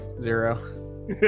zero